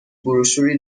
بروشوری